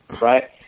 right